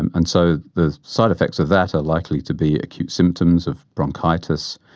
and and so the side-effects of that are likely to be acute symptoms of bronchitis,